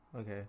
okay